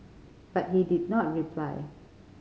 but he did not reply